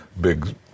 big